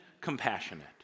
compassionate